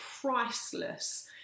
priceless